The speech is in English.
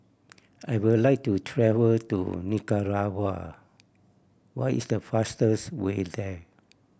I would like to travel to Nicaragua what is the fastest way there